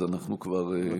אז אנחנו כבר,